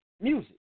music